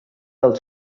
del